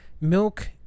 milk